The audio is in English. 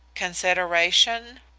consideration?